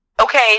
okay